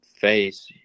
face